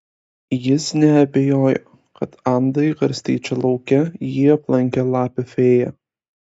jis neabejojo kad andai garstyčių lauke jį aplankė lapių fėja